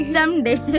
Someday